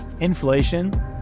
inflation